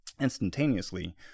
instantaneously